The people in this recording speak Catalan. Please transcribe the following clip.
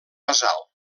basal